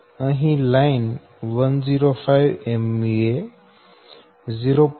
અહી line 105 MVA 0